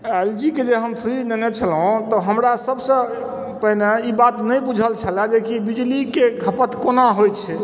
L G के जे हम फ्रिज नेने छेलहुॅं तऽ हमरा सबसे पहिने ई बात नहि बुझल छलएह जे कि बिजली के खपत कोना होइ छै